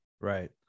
Right